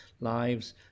lives